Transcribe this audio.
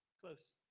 close